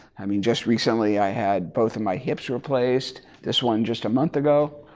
i mean just recently i had both of my hips replaced. this one just a month ago.